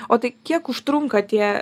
o tai kiek užtrunka tie